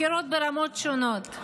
בחירות ברמות שונות: